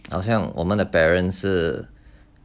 好像我们的 parents 是